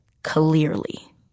Clearly